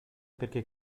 perché